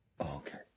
okay